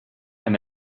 and